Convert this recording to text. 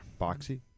Boxy